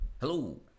Hello